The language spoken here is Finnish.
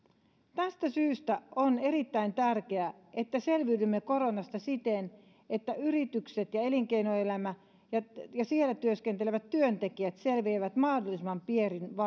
tästä syystä on erittäin tärkeää että selviydymme koronasta siten että yritykset ja elinkeinoelämä ja ja siellä työskentelevät työntekijät selviävät mahdollisimman pienin